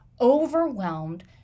overwhelmed